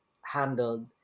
handled